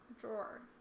drawer